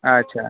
अच्छा